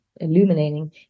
illuminating